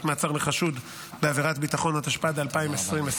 הוראת שעה), התשפ"ד 2024,